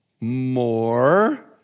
More